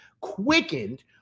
quickened